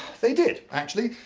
they did actually.